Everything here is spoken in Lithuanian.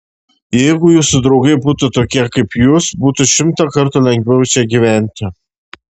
jeigu jūsų draugai būtų tokie kaip jūs būtų šimtą kartų lengviau čia gyventi